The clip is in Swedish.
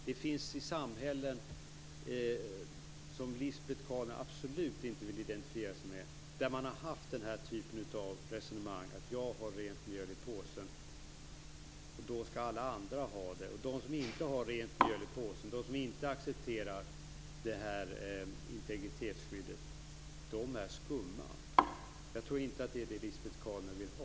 Det finns samhällen som Lisbet Calner absolut inte vill identifiera sig med där man har fört denna typ av resonemang. Man har själv rent mjöl i påsen, och då skall alla andra ha det. De som inte har rent mjöl i påsen - de som inte accepterar integritetskränkningen - är skumma. Jag tror inte att det är den situationen Lisbet Calner vill ha.